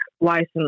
license